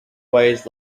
ways